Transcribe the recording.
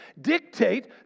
dictate